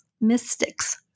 mystics